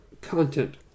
content